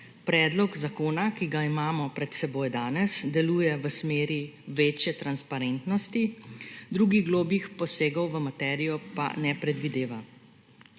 predlog zakona, ki ga imamo pred seboj danes, deluje v smeri večje transparentnosti, drugih globljih posegov v materijo pa ne predvideva.